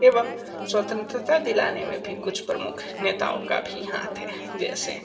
एवं स्वतंत्रता दिलाने में भी कुछ प्रमुख नेताओं का भी हाथ है जैसे